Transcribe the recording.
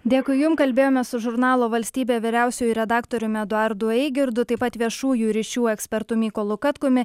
dėkui jum kalbėjome su žurnalo valstybė vyriausiuoju redaktoriumi eduardu eigirdu taip pat viešųjų ryšių ekspertu mykolu katkumi